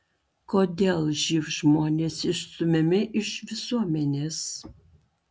kodėl živ žmonės išstumiami iš visuomenės